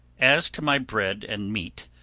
as to my bread and meat,